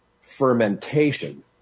fermentation